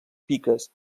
piques